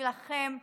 בשבילכם ובשבילכן,